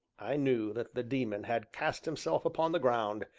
i knew that the daemon had cast himself upon the ground,